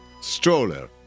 stroller